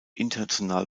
international